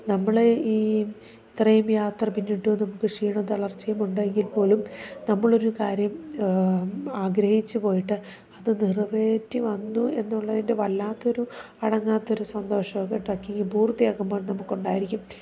നമ്മൾ ഈ ഇത്രയും യാത്ര പിന്നിട്ടു നമുക്ക് ക്ഷീണവും തളർച്ചയുമുണ്ടെങ്കിൽപ്പോലും നമ്മളൊരു കാര്യം ആഗ്രഹിച്ചു പോയിട്ട് അത് നിറവേറ്റി വന്നു എന്നുള്ളതിൻ്റെ വല്ലാത്തൊരു അടങ്ങാത്തൊരു സന്തോഷമൊക്കെ ട്രക്കിങ് പൂർത്തിയാക്കുമ്പോൾ നമുക്കുണ്ടായിരിക്കും